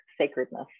sacredness